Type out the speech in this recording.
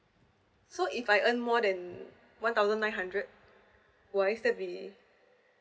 so if I earn more than one thousand nine hundred what is that be